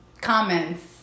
comments